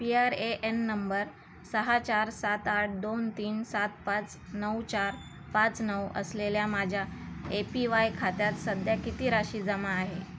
P R A N number सहा चार सात आठ दोन तीन सात पाच नऊ चार पाच नऊ असलेल्या माझ्या ए पी वाय खात्यात सध्या किती राशी जमा आहे